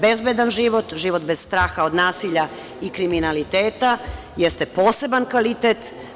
Bezbedan život, život bez straha od nasilja i kriminaliteta jeste poseban kvalitet.